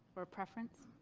or a preference?